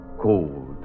Cold